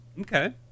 Okay